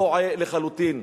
טועה לחלוטין.